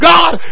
God